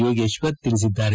ಯೋಗೇಶ್ವರ್ ಹೇಳಿದ್ದಾರೆ